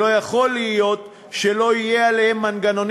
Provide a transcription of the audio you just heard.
ולא יכול להיות שלא יהיו עליהם מנגנונים